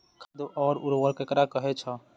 खाद और उर्वरक ककरा कहे छः?